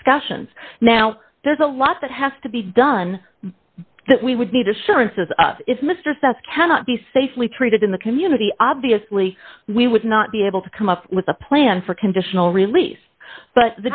discussions now there's a lot that has to be done that we would need assurances if mr stuff cannot be safely treated in the community obviously we would not be able to come up with a plan for conditional release but